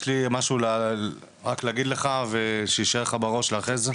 יש לי משהו רק להגיד לך ושיישאר לך בראש לאחרי זה ?